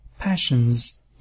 passions